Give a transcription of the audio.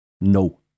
No